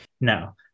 No